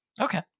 Okay